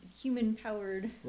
human-powered